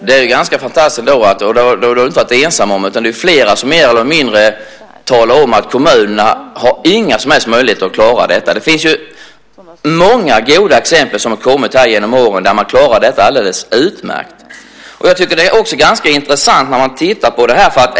Herr talman! Du är inte ensam om att säga detta, utan det är flera som mer eller mindre talar om att kommunerna inte har några som helst möjligheter att klara detta. Det är ganska fantastiskt. Det finns många goda exempel som har kommit genom åren där man klarar detta alldeles utmärkt. Det är också ganska intressant när man tittar på det.